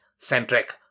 Centric